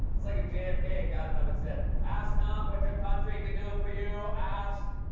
it's like if jfk had gotten up and said, ask not what your country can do for you ask